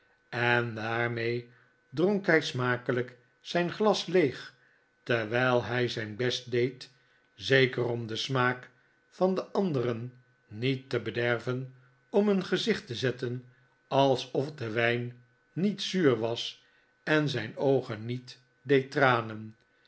en daarmee dronk hij sniakelijk zijn glas leeg terwijl hij zijn best deed zeker om den smaak van de anderen niet te bederven om een gezicht te zetten alsof de wijn niet zuur was en zijn oogen niet deed tranen